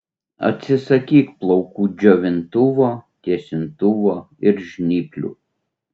atsisakyk plaukų džiovintuvo tiesintuvo ir žnyplių